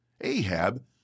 Ahab